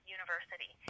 university